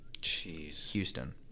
Houston